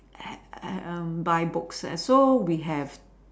um buy books so we have